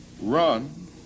run